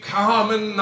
common